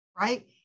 right